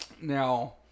Now